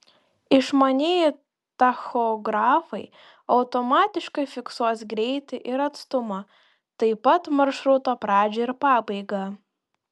išmanieji tachografai automatiškai fiksuos greitį ir atstumą taip pat maršruto pradžią ir pabaigą